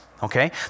Okay